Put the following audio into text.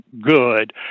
good